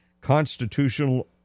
Constitutional